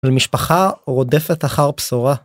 ומשפחה רודפת אחר בשורה